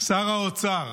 שר האוצר